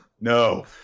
No